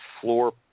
floor